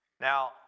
Now